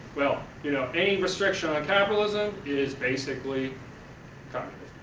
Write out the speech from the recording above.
well, you know, any restriction on capitalism is basically kind of